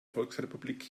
volksrepublik